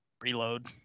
Reload